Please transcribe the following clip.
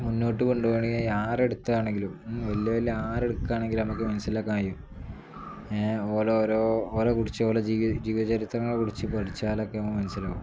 മുന്നോട്ട് കൊണ്ട് പോകണമെങ്കിൽ ആരെടുത്താണെങ്കിലും വലിയ വലിയ ആരെ എടുക്കുകയാണെങ്കിലും നമുക്ക് മനസ്സിലൊക്കെ ഏ ഓരോരോ ഓരോ കുടിച്ച് ഓലോ ജീ ജീവചരിത്രങ്ങളെ കുടിച്ച് പഠിച്ചാലൊക്കെ നമുക്ക് മനസ്സിലാകും